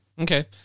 Okay